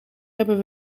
hebben